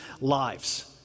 lives